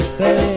say